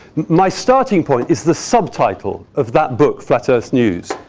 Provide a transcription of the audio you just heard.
my starting point is the subtitle of that book, flat earth news,